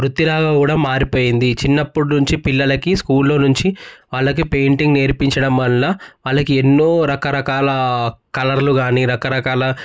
వృత్తి లాగా కూడా మారిపోయింది చిన్నప్పడ్నుంచి వాళ్ళకి పెయింటింగ్ నేర్పించడం వల్ల వాళ్ళకి ఎన్నో రకరకాల కలర్లు గానీ రకరకాల